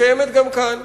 מתקיימת גם כאן,